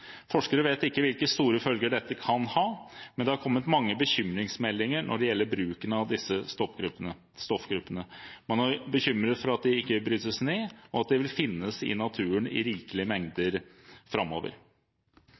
Forskere vet ikke hvilke store følger dette kan ha, men det har kommet mange bekymringsmeldinger når det gjelder bruken av disse stoffgruppene. Man er bekymret for at de ikke brytes ned, og at de vil finnes i naturen i rikelige mengder framover.